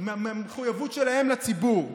המחויבות שלהם לציבור.